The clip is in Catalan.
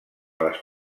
les